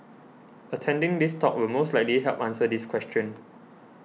attending this talk will most likely help answer this question